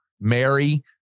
Mary